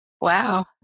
Wow